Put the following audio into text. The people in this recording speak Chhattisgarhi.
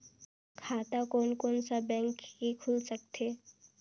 खाता कोन कोन सा बैंक के खुल सकथे?